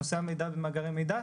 על נושא המידע ומאגרי המידע.